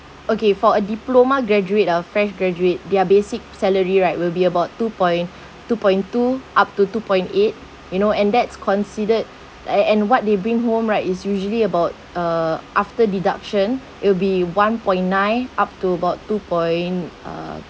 okay for a diploma graduate ah fresh graduate their basic salary right will be about two-point two-point-two up to two-point-eight you know and that's considered and and what they bring home right it's usually about uh after deduction it'll be one-point-nine up to about two-point uh